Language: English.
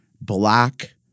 black